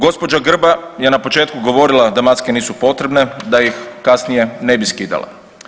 Gospođa Grba je na početku govorila da maske nisu potrebne, da ih kasnije ne bi skidala.